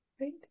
Right